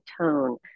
tone